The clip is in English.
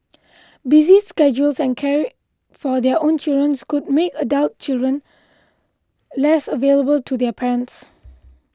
busy schedules and caring for their own children's could make adult children less available to their parents